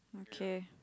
okay